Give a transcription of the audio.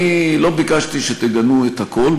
אני לא ביקשתי שתגנו את הכול,